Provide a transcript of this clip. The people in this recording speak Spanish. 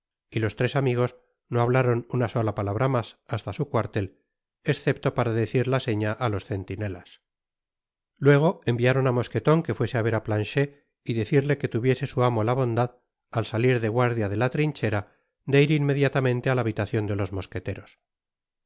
y los tres amigos no hablaron una sola palabra mas hasta su cuartel escepto para decir la seña á los centinelas luego enviaron á mosqueton que fuese á ver á planchet y decirle que tuviese su amo la bondad al salir de guardia de la trinchera de ir inmediatamente á la habitacion de los mosqueteros